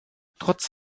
trotz